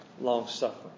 long-suffering